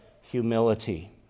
humility